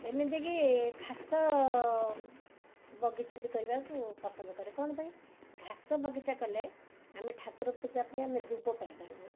ଏମିତିକି ଘାସ ବଗିଚା ବି କରିବାକୁ ପସନ୍ଦ କରେ କ'ଣ ପାଇଁ ଘାସ ବଗିଚା କଲେ ଆମେ ଠାକୁର ପୂଜା ପାଇଁ ଆମେ ଦୁବ ପାଇପାରବୁ